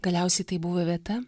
galiausiai tai buvo vieta